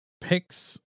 picks